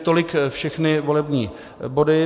Tolik všechny volební body.